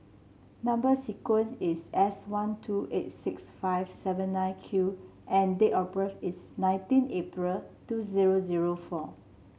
number sequence is S one two eight six five seven nine Q and date of birth is nineteen April two zero zero four